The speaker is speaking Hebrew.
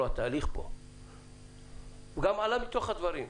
עכשיו אנחנו מקבלים כאן הסברים למה זה בתהליכים ולמה זה בדרך לשם,